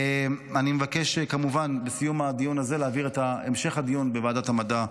אני מבקש בסיום הדיון הזה להעביר את המשך הדיון לוועדת המדע.